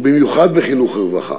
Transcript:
ובמיוחד בחינוך וברווחה.